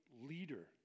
leader